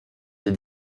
des